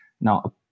Now